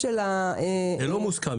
זה לא מוסכם.